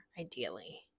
ideally